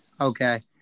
Okay